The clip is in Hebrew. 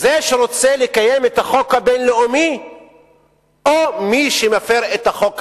זה שרוצה לקיים את החוק הבין-לאומי או מי שמפר את החוק הבין-לאומי?